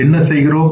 என்ன செய்கிறோம்